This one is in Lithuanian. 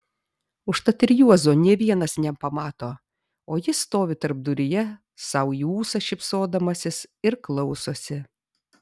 užtat ir juozo nė vienas nepamato o jis stovi tarpduryje sau į ūsą šypsodamasis ir klausosi